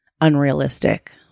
unrealistic